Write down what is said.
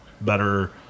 better